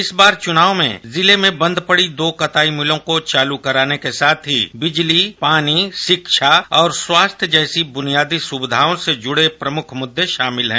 इस बार चुनाव में जिले में बंद पड़ी दो कताई मिलों को चालू कराने के साथ ही बिजली पानी शिक्षा और स्वास्थ्य जैसी बुनियादी सुविधाओं से जुड़े पमुख मुद्दे शामिल हैं